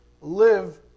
live